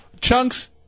Chunks